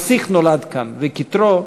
נסיך נולד כאן, וכתרו,